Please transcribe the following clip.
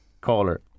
caller